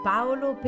Paolo